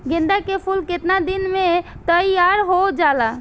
गेंदा के फूल केतना दिन में तइयार हो जाला?